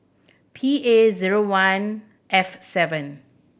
P A zero one F seven